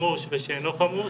חמוש ושאינו חמוש